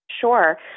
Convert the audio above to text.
Sure